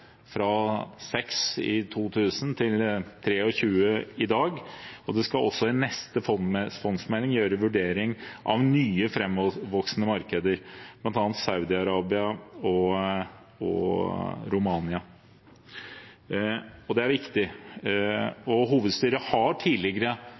fra 6 i 2000 til 23 i dag, og det skal også i neste fondsmelding gjøres en vurdering av nye framvoksende markeder, bl.a. Saudi-Arabia og Romania. Det er viktig.